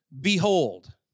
Behold